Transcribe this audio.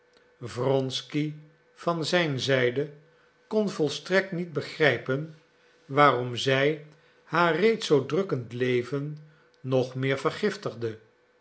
wronsky van zijn zijde kon volstrekt niet begrijpen waarom zij haar reeds zoo drukkend leven nog meer vergiftigde